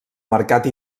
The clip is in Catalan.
mercat